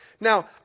Now